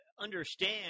understand